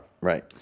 right